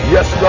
Yes